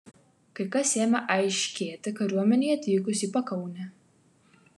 kai kas ėmė aiškėti kariuomenei atvykus į pakaunę